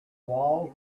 walls